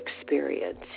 experience